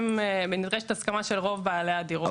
נדרשת הסכמה של רוב בעלי הדירות.